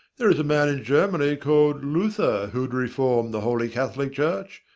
there is a man in germany called luther, who would reform the holy catholic church.